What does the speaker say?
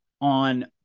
on